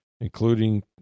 including